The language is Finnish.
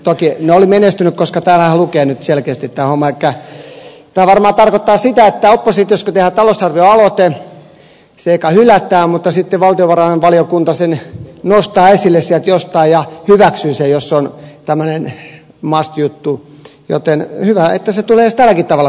no oli menestynyt koska täällähän lukee nyt selkeästi tämä homma elikkä tämä varmaan tarkoittaa sitä että oppositiossa kun tehdään talousarvioaloite se ensin hylätään mutta sitten valtiovarainvaliokunta sen nostaa esille sieltä jostain ja hyväksyy sen jos se on tämmöinen must juttu joten hyvä että se tulee edes tälläkin tavalla hyväksyttyä